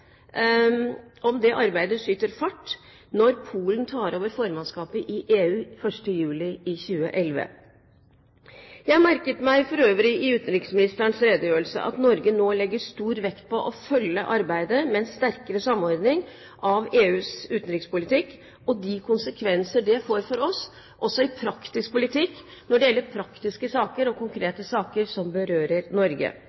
om det arbeidet skyter fart når Polen tar over formannskapet i EU 1. juli 2011. Jeg merket meg for øvrig i utenriksministerens redegjørelse at Norge nå legger stor vekt på å følge arbeidet med en sterkere samordning av EUs utenrikspolitikk, og de konsekvenser det får for oss også i praktisk politikk, når det gjelder praktiske saker og